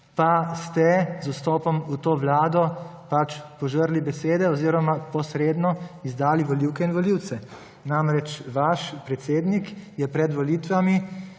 pa ste z vstopom v to vlado požrli besedo oziroma posredno izdali volivke in volivce. Namreč, vaš predsednik je pred volitvami